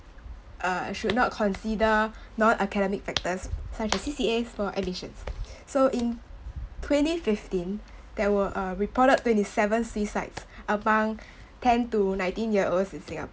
uh should not consider non academic factors such as C_C_As for admissions so in twenty fifteen there were a reported twenty seven suicides among ten to nineteen year olds in singa~